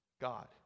God